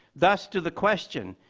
thus to the question,